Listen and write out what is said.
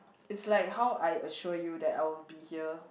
it's like how I assure you that I will be here